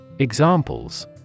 Examples